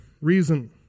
reason